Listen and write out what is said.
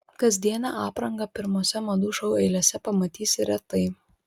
kasdienę aprangą pirmose madų šou eilėse pamatysi retai